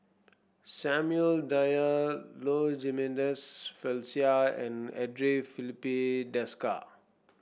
Samuel Dyer Low Jimenez Felicia and Andre Filipe Desker